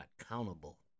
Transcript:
accountable